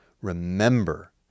remember